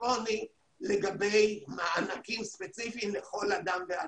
אלקטרוני לגבי מענקים ספציפיים לכל אדם ואדם.